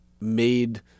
made